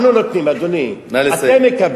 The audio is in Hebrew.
נא לסיים.